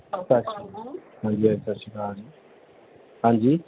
ਸਤਿ ਸ਼੍ਰੀ ਹਾਂਜੀ ਮੈਮ ਸਤਿ ਸ਼੍ਰੀ ਅਕਾਲ ਹਾਂਜੀ